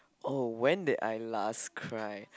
oh when did I last cry